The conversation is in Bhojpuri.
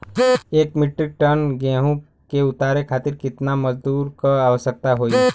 एक मिट्रीक टन गेहूँ के उतारे खातीर कितना मजदूर क आवश्यकता होई?